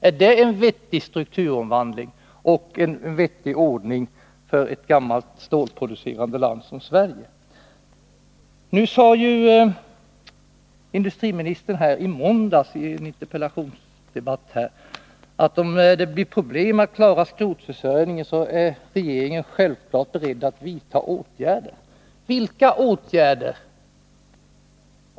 Är det en vettig strukturomvandling och en vettig ordning för ett gammalt stålproducerande land som Sverige? Industriministern sade i måndags i en interpellationsdebatt, att om det blir problem att klara skrotförsörjningen, är regeringen självfallet beredd att vidta åtgärder. Vilka åtgärder?